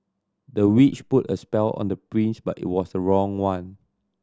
the witch put a spell on the prince but it was the wrong one